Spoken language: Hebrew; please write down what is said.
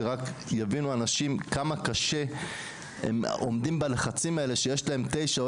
שרק יבינו אנשים כמה קשה הם עומדים בלחצים האלה שיש להם 9 או